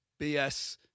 BS